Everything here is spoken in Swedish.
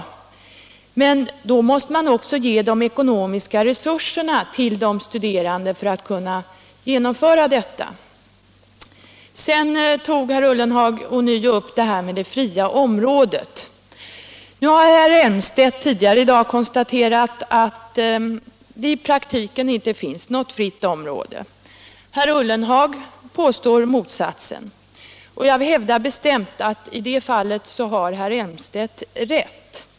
Men för att kunna genomföra den måste man även ge ekonomiska resurser till de studerande. Sedan tog herr Ullenhag ånyo upp detta med det fria området. Herr Elmstedt har tidigare i dag konstaterat att det i praktiken inte finns något fritt område. Herr Ullenhag påstår motsatsen. Jag hävdar bestämt att i det fallet har herr Elmstedt rätt.